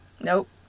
Nope